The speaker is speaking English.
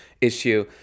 issue